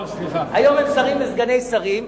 היום הם שרים וסגני שרים,